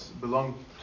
belong